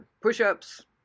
push-ups